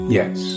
yes